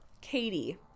katie